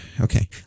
Okay